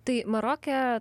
tai maroke